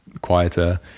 quieter